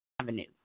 Avenue